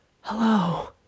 hello